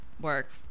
work